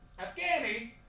Afghani